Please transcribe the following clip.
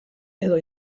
edo